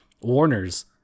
Warners